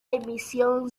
emisión